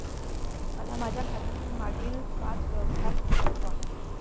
मला माझ्या खात्यातील मागील पांच व्यवहार दाखवा